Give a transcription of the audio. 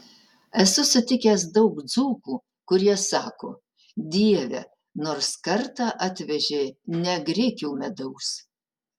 esu sutikęs daug dzūkų kurie sako dieve nors kartą atvežė ne grikių medaus